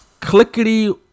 clickety